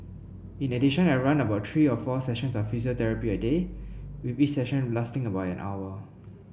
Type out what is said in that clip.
in addition I run about three or four sessions of physiotherapy a day with each session lasting about an hour